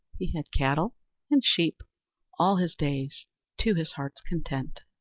he had cattle and sheep all his days to his heart's content.